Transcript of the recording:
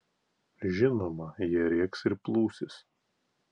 žinoma jie rėks ir plūsis